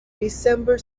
december